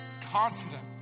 confident